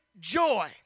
joy